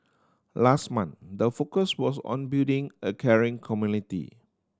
last month the focus was on building a caring community